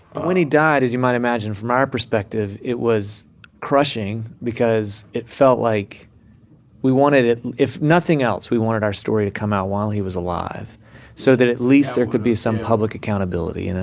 when he died, as you might imagine from our perspective, it was crushing because it felt like we wanted it if nothing else, we wanted our story to come out while he was alive so that at least there could be some public accountability, you know?